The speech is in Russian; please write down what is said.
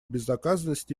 безнаказанности